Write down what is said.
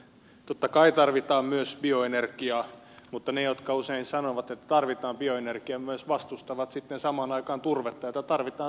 totta kai tarvitaan myös bioenergiaa mutta ne jotka usein sanovat että tarvitaan bioenergiaa myös vastustavat sitten samaan aikaan turvetta jota tarvitaan seospolttoaineena